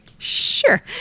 Sure